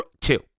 two